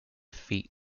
feet